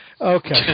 Okay